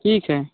ठीक है